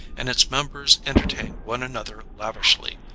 and its members entertained one another lavishly.